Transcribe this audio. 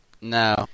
No